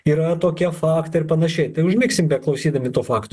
yra tokie faktai ir panašiai tai užmigsi beklausydami tų faktų